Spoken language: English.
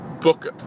book